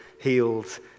healed